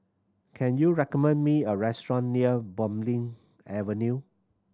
can you recommend me a restaurant near Bulim Avenue